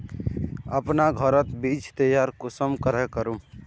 अपना घोरोत बीज तैयार कुंसम करे करूम?